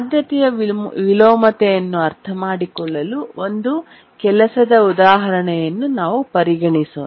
ಆದ್ಯತೆಯ ವಿಲೋಮತೆಯನ್ನು ಅರ್ಥಮಾಡಿಕೊಳ್ಳಲು ಒಂದು ಕೆಲಸದ ಉದಾಹರಣೆಯನ್ನು ನಾವು ಪರಿಗಣಿಸೋಣ